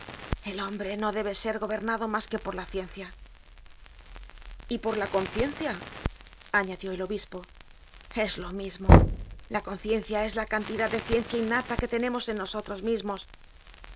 el hombre no debe ser gobernado mas que por la ciencia y por la conciencia añadió el obispo es lo mismo la conciencia es la cantidad de ciencia innata que tenemos en nosotros mismos